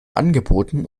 angeboten